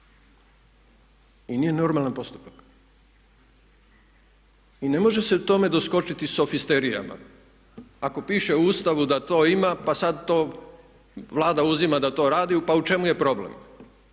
i nije normalan postupak. I ne može se tome doskočiti sofisterijama. Ako piše u Ustavu da to ima pa sada to Vlada uzima da to radi pa u čemu je problem?